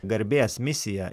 garbės misija